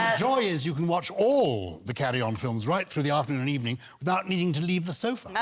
joy, is you can watch all the carry-on films right through the afternoon and evening without needing to leave the sofa